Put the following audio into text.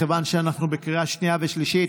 מכיוון שאנחנו בקריאה שנייה ושלישית,